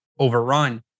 overrun